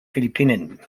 philippinen